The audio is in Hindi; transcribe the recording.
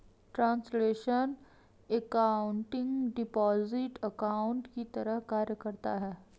ट्रांसलेशनल एकाउंटिंग डिपॉजिट अकाउंट की तरह कार्य करता है